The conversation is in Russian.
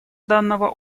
данного